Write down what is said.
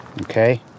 okay